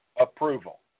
approval